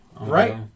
right